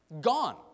Gone